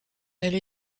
elle